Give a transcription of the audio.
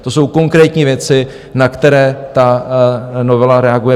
To jsou konkrétní věci, na které ta novela reaguje.